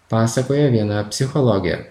pasakojo viena psichologė